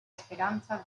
esperanza